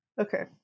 Okay